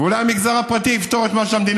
ואולי המגזר הפרטי יפתור את מה שהמדינה